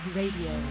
radio